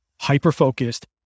hyper-focused